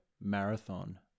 marathon